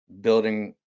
building